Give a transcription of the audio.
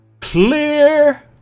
Clear